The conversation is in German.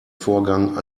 vorgang